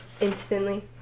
instantly